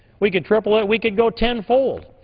we could triple it, we could go ten fold.